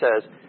says